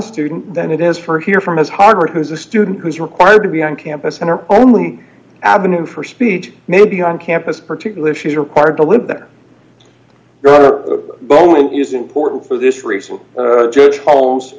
student than it is for here from his harvard who's a student who's required to be on campus and our only avenue for speech may be on campus particular she's required to live there you're a boeing is important for this reason judge holmes